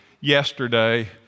yesterday